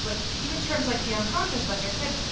like even terms like the unconscious, like i said,